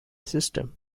system